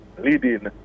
leading